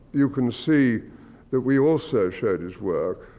you can see that we also showed his work.